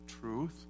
truth